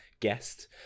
Guest